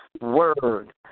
word